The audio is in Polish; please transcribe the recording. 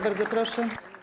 Bardzo proszę.